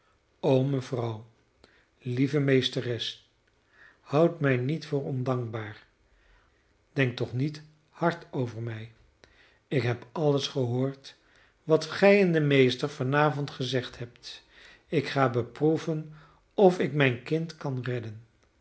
o mevrouw lieve meesteres houd mij niet voor ondankbaar denk toch niet hard over mij ik heb alles gehoord wat gij en de meester van avond gezegd hebt ik ga beproeven of ik mijn kind kan redden gij